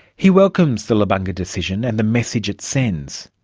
he welcomes the lubanga decision and the message it sends,